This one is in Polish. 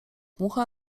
mucha